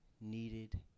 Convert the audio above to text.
needed